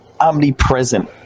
omnipresent